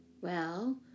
Well